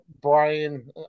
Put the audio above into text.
Brian